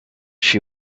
she